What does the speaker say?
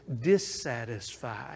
dissatisfied